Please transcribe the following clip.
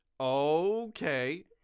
Okay